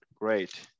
Great